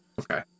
Okay